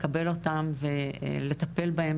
לקבל אותם ולטפל בהם,